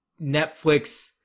Netflix